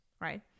right